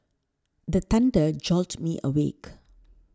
the thunder jolt me awake